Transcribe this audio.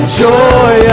joy